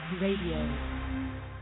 Radio